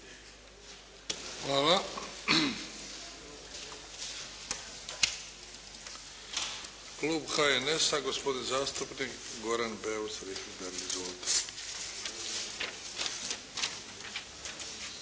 Hvala. Klub HNS-a, gospodin zastupnik Goran Beus Richembergh.